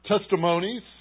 testimonies